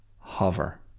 hover